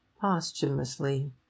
posthumously